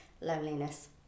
loneliness